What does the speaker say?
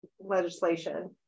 legislation